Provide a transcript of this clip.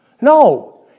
No